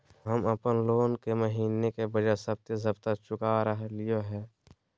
हम अप्पन लोन महीने के बजाय सप्ताहे सप्ताह चुका रहलिओ हें